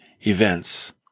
events